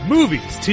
Movies